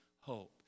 hope